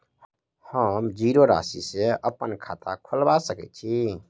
हम जीरो राशि सँ अप्पन खाता खोलबा सकै छी?